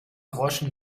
groschen